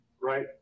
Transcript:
right